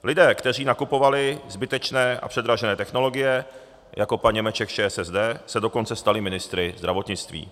Lidé, kteří nakupovali zbytečné a předražené technologie, jako pan Němeček z ČSSD, se dokonce stali ministry zdravotnictví.